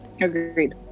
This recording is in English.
Agreed